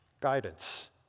guidance